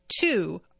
Two